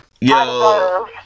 Yo